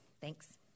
Thanks